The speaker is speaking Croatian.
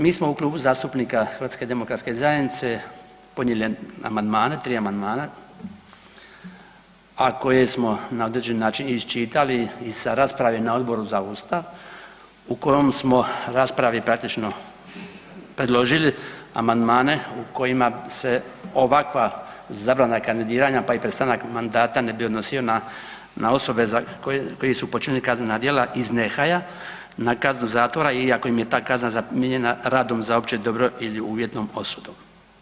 Mi smo u Klubu zastupnika HDZ-a podnijeli amandmane, 3 amandmana, a koje smo na određeni način iščitali i sa rasprave na Odboru za Ustav u kojoj smo raspravi praktično predložili amandmane u kojima se ovakva zabrana kandidiranja pa i prestanak mandata ne bi odnosio na osobe koji su počinili kaznena djela iz nehaja na kaznu zatvora iako im je ta kazna zamijenjena radom za opće dobro ili uvjetom osudom.